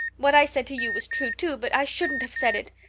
what i said to you was true, too, but i shouldn't have said it.